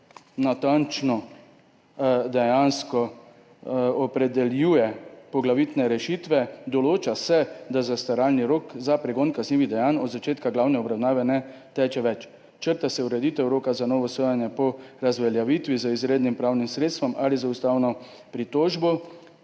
natančno opredeljuje poglavitne rešitve, določa se, da zastaralni rok za pregon kaznivih dejanj od začetka glavne obravnave ne teče več, črta se ureditev roka za novo sojenje po razveljavitvi z izrednim pravnim sredstvom ali z ustavno pritožbo,